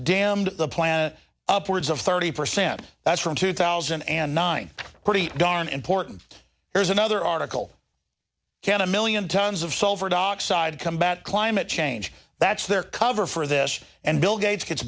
damned the planet upwards of thirty percent that's from two thousand and nine pretty darn important here's another article can a million tons of sulfur dioxide combat climate change that's their cover for this and bill gates gets